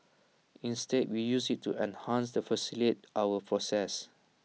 instead we use IT to enhance and facilitate our processes